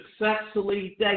successfully